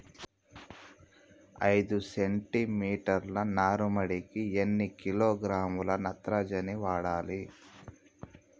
ఐదు సెంటి మీటర్ల నారుమడికి ఎన్ని కిలోగ్రాముల నత్రజని వాడాలి?